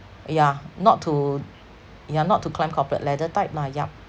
yeah not to yeah not to climb corporate ladder type lah yup